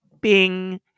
bing